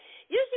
Usually